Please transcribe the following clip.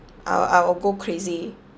I'll I'll go crazy